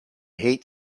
hate